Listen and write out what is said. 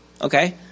Okay